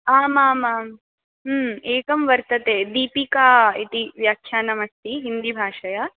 आमामां एकं वर्तते दीपिका इति व्याख्यानमस्ति हिन्दीभाषया